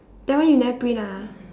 that one you never print ah